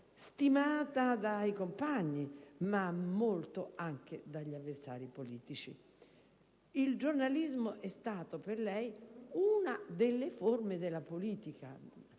stimata dai compagni, ma molto anche dagli avversari politici. Il giornalismo è stato per lei una delle forme della politica: